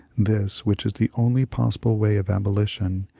this, which is the only possible way of abolition,